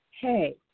Hey